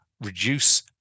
reduce